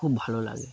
খুব ভালো লাগে